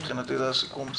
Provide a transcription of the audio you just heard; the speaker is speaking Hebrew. מבחינתי זה הסיכום.